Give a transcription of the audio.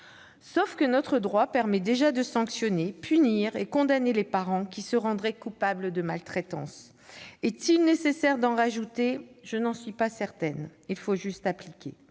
notre droit permet déjà de sanctionner et de condamner les parents qui se rendraient coupables de maltraitance. Est-il nécessaire d'en rajouter ? Je n'en suis pas certaine ... Il suffit d'appliquer